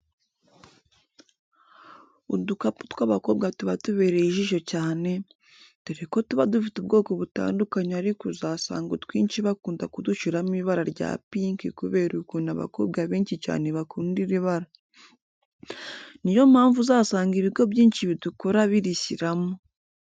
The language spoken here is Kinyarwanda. Udukapu tw'abakobwa tuba tubereye ijisho cyane, dore ko tuba dufite ubwoko butandukanye ariko uzasanga utwinshi bakunda kudushyiramo ibara rya pinki kubera ukuntu abakobwa benshi cyane bakunda iri bara, ni yo mpamvu usanga ibigo byinshi bidukora birishyiramo.